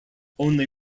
only